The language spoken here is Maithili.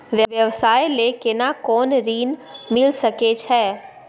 व्यवसाय ले केना कोन ऋन मिल सके छै?